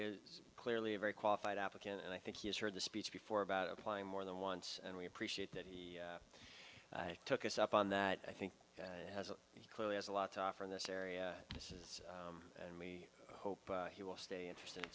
is clearly a very qualified applicant and i think he has heard the speech before about applying more than once and we appreciate that he took us up on that i think and as he clearly has a lot to offer in this area this is and we hope he will stay interested in